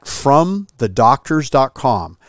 fromthedoctors.com